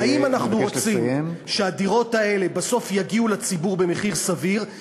האם אנחנו רוצים שהדירות האלה בסוף יגיעו לציבור במחיר סביר,